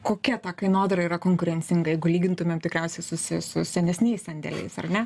kokia ta kainodara yra konkurencinga jeigu lygintumėm tikriausiai su su senesniais sandėliais ar ne